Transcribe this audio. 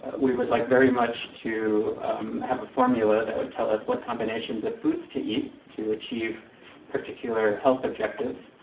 we would like very much to have a formula that would tell us what combinations of foods to eat to achieve particular health objectives.